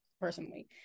personally